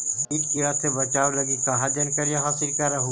किट किड़ा से बचाब लगी कहा जानकारीया हासिल कर हू?